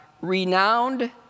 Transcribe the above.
renowned